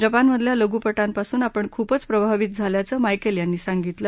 जपानमधल्या लघूपटांपासून आपण खूपच प्रभावित झाल्याचं मायकेल यांनी सांगितलं